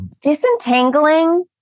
disentangling